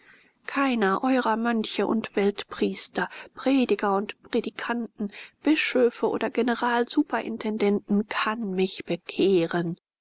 keiner eurer mönche und weltpriester prediger und predikanten bischöfe oder generalsuperintendenten kann mich bekehren